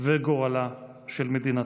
וגורלה של מדינתם.